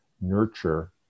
nurture